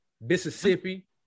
Mississippi